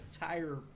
entire